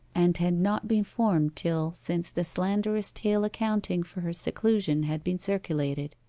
and had not been formed till since the slanderous tale accounting for her seclusion had been circulated.